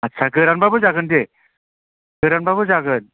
आस्सा गोरानबाबो जागोन दे गोरानबाबो जागोन